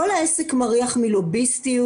כל העסק מריח מלוביסטיות.